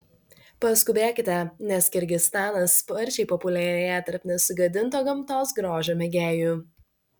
paskubėkite nes kirgizstanas sparčiai populiarėja tarp nesugadinto gamtos grožio mėgėjų